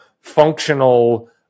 functional